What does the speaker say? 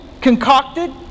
concocted